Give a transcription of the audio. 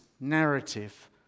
narrative